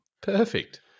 Perfect